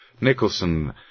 Nicholson